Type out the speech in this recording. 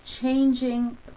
changing